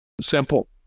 simple